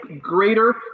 greater